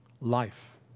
life